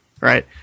Right